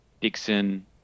Dixon